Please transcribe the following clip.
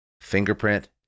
fingerprint